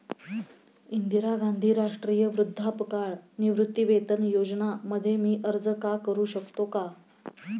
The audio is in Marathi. इंदिरा गांधी राष्ट्रीय वृद्धापकाळ निवृत्तीवेतन योजना मध्ये मी अर्ज का करू शकतो का?